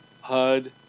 Hud